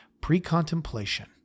Pre-contemplation